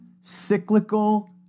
cyclical